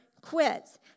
quits